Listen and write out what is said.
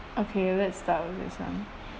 okay let's start with this one